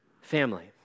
family